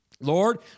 Lord